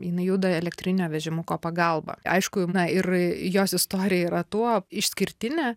jinai juda elektrinio vežimuko pagalba aišku na ir jos istorija yra tuo išskirtinė